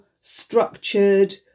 structured